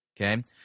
Okay